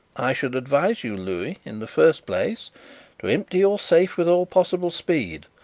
i should advise you, louis, in the first place to empty your safe with all possible speed,